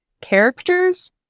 characters